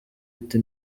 afite